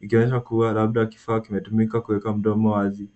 ikionyesha kuwa labda kifaa kimetumika kuweka mdomo wazi.